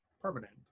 permanent